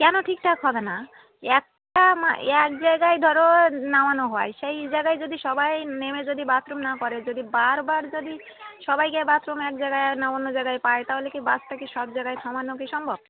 কেন ঠিকঠাক হবে না একটা এক জায়গায় ধরো নামানো হয় সেই জায়গায় যদি সবাই নেমে যদি বাথরুম না করে যদি বারবার যদি সবাইকে বাথরুম এক জায়গায় না অন্য জায়গায় পায় তাহলে কি বাসটাকে সব জায়গায় থামানো কি সম্ভব